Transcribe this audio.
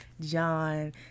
John